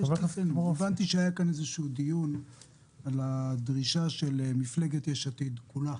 הבנתי שהיה כאן דיון על הדרישה של מפלגת יש עתיד כולה